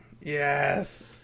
Yes